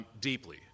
Deeply